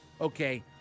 okay